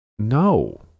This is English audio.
No